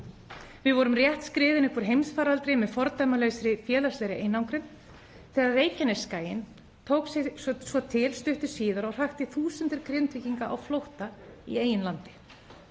Við vorum rétt skriðin upp úr heimsfaraldri með fordæmalausri félagslegri einangrun þegar Reykjanesskaginn tók sig til stuttu síðar og hrakti þúsundir Grindvíkinga á flótta í eigin landi.